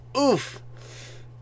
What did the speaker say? Oof